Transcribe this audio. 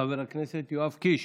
חבר הכנסת יואב קיש,